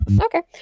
Okay